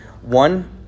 One